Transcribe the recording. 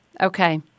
Okay